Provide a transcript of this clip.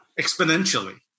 exponentially